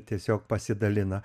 tiesiog pasidalina